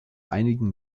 einigen